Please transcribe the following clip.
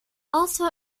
also